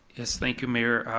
yes, thank you mayor.